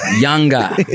younger